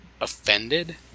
offended